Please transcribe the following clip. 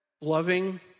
Loving